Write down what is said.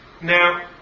Now